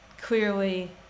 clearly